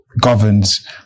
governs